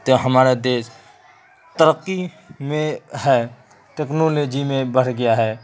تو ہمارا دیش ترقی میں ہے ٹکنالوجی میں بڑھ گیا ہے